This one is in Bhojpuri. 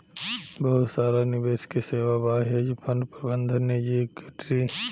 बहुत सारा निवेश के सेवा बा, हेज फंड प्रबंधन निजी इक्विटी